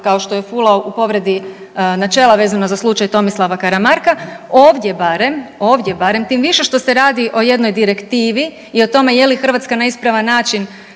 kao što je fulao u povredi načela vezano za slučaj Tomislava Karamarka, ovdje barem, ovdje barem tim više što se radi o jednoj direktivi i o tome je li Hrvatska na ispravan način